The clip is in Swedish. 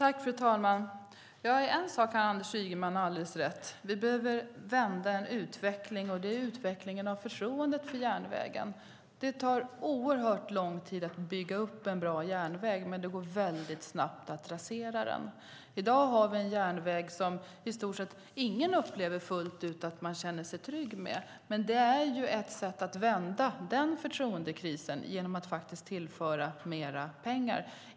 Fru talman! En sak har Anders Ygeman alldeles rätt i. Vi behöver vända en utveckling, och det är utvecklingen av förtroendet för järnvägen. Det tar oerhört lång tid att bygga upp en bra järnväg, men det går väldigt snabbt att rasera den. I dag har vi en järnväg som i stort sett ingen fullt ut upplever att man känner sig trygg med. Men ett sätt att vända den förtroendekrisen är faktiskt att tillföra mer pengar.